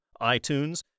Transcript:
iTunes